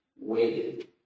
waited